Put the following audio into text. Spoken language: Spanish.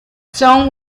son